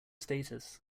status